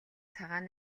цагаан